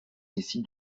décide